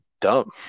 dumb